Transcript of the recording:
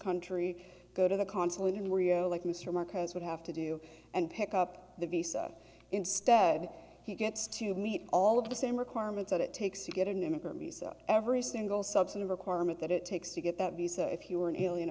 country go to the consulate in rio like mr marcos would have to do and pick up the visa instead he gets to meet all of the same requirements that it takes to get an immigrant visa every single subset of requirement that it takes to get that visa if you are an alien